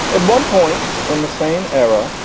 at one point in the same era,